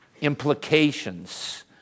implications